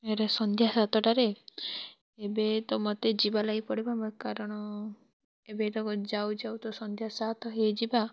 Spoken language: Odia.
ଏରେ ସନ୍ଧ୍ୟା ସାତଟାରେ ଏବେ ତ ମୋତେ ଯିବା ଲାଗି ପଡ଼ିବ ମୁଁ ଏ କାରଣ ଏବେ ତ ଯାଉ ଯାଉ ତ ସନ୍ଧ୍ୟା ସାତ ହେଇଯିବା